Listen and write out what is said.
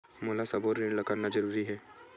मोला सबो ऋण ला करना जरूरी हे?